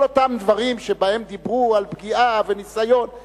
כל אותם דברים שבהם דיברו על פגיעה וניסיון,